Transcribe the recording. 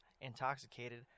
intoxicated